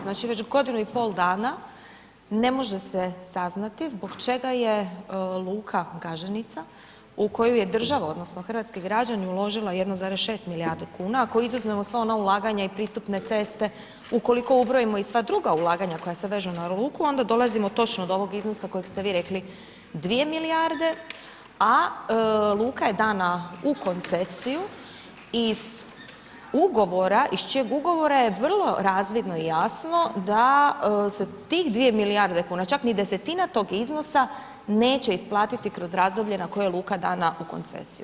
Znači već godinu i pol dana, ne može se saznati, zbog čega je luka Gaženica, u koju je država, odnosno, hrvatski građani uložila 1,6 milijardi kuna, ako izuzmemo sva ona ulaganja i prisutne ceste, ukoliko ubrojimo i sva druga ulaganja koja se vežu na luku, onda dolazimo točno do ovog iznosa koje ste vi rekli 2 milijarde, a luka je dana u koncesiju i iz čijeg ugovora je vrlo razvidno i jasno, da se tih 2 milijarde kuna, čak desetina tog iznosa neće isplatiti kroz razdoblje na koje je luka dana u koncesiju.